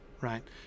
right